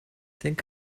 think